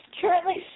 currently